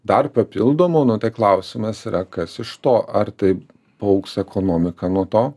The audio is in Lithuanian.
dar papildomų nu tai klausimas yra kas iš to ar taip paaugs ekonomika nuo to